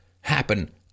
happen